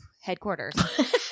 headquarters